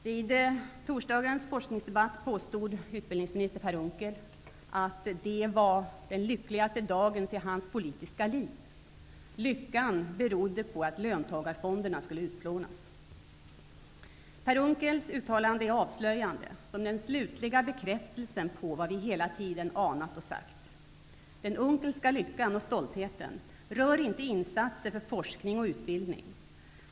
Vid torsdagens forskningsdebatt påstod utbildningsminister Per Unckel att det var den lyckligaste dagen i hela hans politiska liv. Lyckan berodde på att löntagarfonderna skulle utplånas. Per Unckels uttalande är avslöjande som den slutliga bekräftelsen på vad vi hela tiden anat och sagt. Den unckelska lyckan och stoltheten rör inte insatser för forskning och högre utbildning.